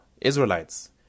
Israelites